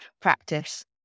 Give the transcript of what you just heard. practice